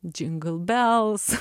džingl bels